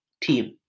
team